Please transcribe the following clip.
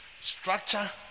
structure